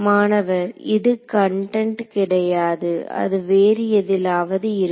மாணவர் இது கண்டன்ட் கிடையாது அது வேறு எதிலாவது இருக்கும்